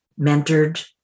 mentored